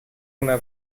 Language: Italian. una